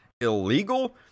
illegal